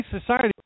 society